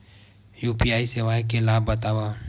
UPI सेवाएं के लाभ बतावव?